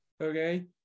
okay